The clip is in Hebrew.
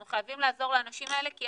אנחנו חייבים לעזור לאנשים האלה כי,